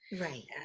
right